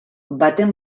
baten